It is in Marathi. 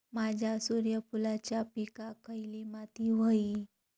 माझ्या सूर्यफुलाच्या पिकाक खयली माती व्हयी?